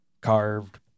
carved